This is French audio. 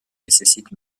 nécessite